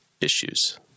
issues